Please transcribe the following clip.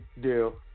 deal